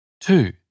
Two